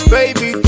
Baby